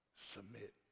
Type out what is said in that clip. submit